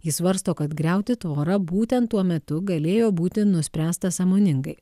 jis svarsto kad griauti tvorą būtent tuo metu galėjo būti nuspręsta sąmoningai